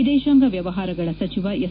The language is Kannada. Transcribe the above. ವಿದೇಶಾಂಗ ವ್ಯವಹಾರಗಳ ಸಚಿವ ಎಸ್